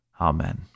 Amen